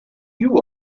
you